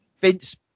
Vince